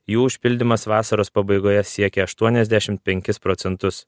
jų užpildymas vasaros pabaigoje siekė aštuoniasdešimt penkis procentus